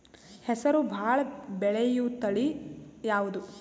ಹೆಸರು ಭಾಳ ಬೆಳೆಯುವತಳಿ ಯಾವದು?